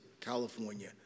California